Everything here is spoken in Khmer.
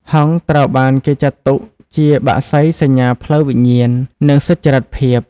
ហង្ស ត្រូវបានគេចាត់ទុកជាបក្សីសញ្ញាផ្លូវវិញ្ញាណ និងសុចរិតភាព។